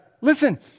Listen